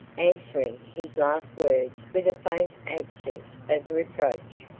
answering his last words with a faint accent of reproach.